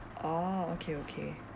oh okay okay